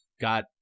got